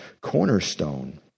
cornerstone